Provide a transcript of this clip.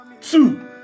two